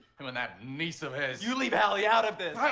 him and that niece of his. you leave hallie out of this.